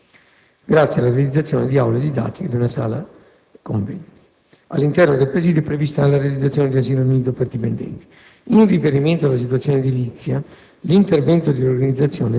grazie alla realizzazione di aule didattiche e di una sala convegni. All'interno del presidio è prevista anche la realizzazione di un asilo nido per i dipendenti.